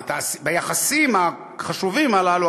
ביחסים החשובים הללו,